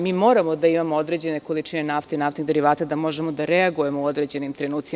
Mi moramo da imamo određene količine nafte i naftnih derivata, da možemo da reagujemo u određenim trenucima.